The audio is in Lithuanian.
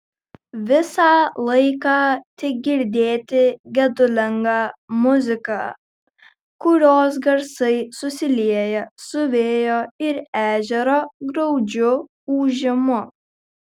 visą laiką tik girdėti gedulinga muzika kurios garsai susilieja su vėjo ir ežero graudžiu ūžimu